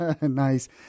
Nice